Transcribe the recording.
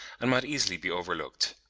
and might easily be overlooked.